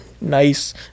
nice